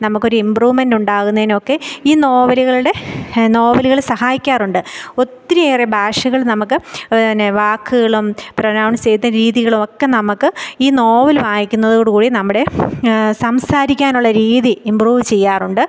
നമുക്കൊരിമ്പ്രൂമെൻ്റുണ്ടാകുന്നതിനൊക്കെ ഈ നോവലുകളുടെ നോവലുകൾ സഹായിക്കാറുണ്ട് ഒത്തിരിയേറെ ഭാഷകൾ നമുക്ക് അതു പോലെ തന്നെ വാക്കുകളും പ്രൊനൗണ്സ് ചെയ്ത രീതികളുമൊക്കെ നമുക്ക് ഈ നോവൽ വായിക്കുന്നതോടു കൂടി നമ്മുടെ സംസാരിക്കാനുള്ള രീതി ഇമ്പ്രൂവ് ചെയ്യാറുണ്ട്